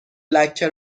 لکه